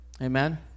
Amen